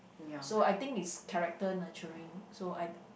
so I think is character nurturing so I